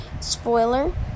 spoiler